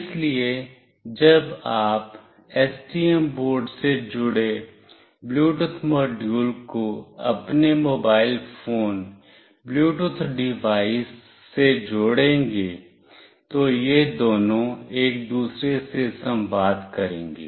इसलिए जब आप STM बोर्ड से जुड़े ब्लूटूथ मॉड्यूल को अपने मोबाइल फोन ब्लूटूथ डिवाइस से जोड़ेंगे तो ये दोनों एक दूसरे से संवाद करेंगे